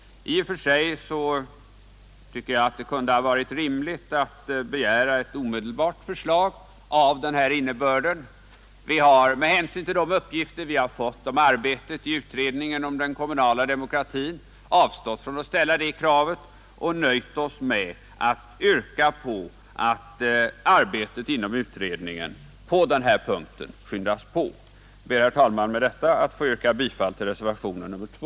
I och för sig tycker jag att det kunde ha varit rimligt att begära ett omedelbart förslag av den här innebörden. Vi har emellertid, med hänsyn till de uppgifter vi har fått om arbetet i utredningen om den kommunala demokratin, avstått från att ställa det kravet och nöjt oss med att yrka på att arbetet inom utredningen i det här avseendet skyndas på. Jag ber, herr talman, med detta att få yrka bifall till reservationen 2.